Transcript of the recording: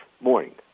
morning